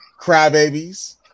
crybabies